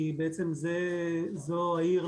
כי זו העיר,